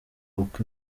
uko